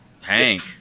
Hank